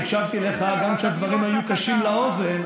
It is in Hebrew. הקשבתי לך גם כשהדברים היו קשים לאוזן,